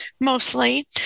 mostly